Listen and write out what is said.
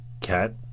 cat